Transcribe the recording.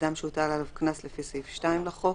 אדם שהוטל עליו קנס לפי סעיף 2 לחוק,